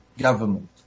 government